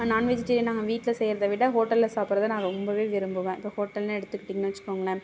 நான் வெஜிடேரியனால் வீட்டில் செய்வத விட ஹோட்டலில் சாப்பிட்றத நான் ரொம்பவே விரும்புவேன் இப்போ ஹோட்டல்ன்னு எடுத்துக்கீட்டிங்கன்னு வச்சுக்கோங்களேன்